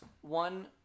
one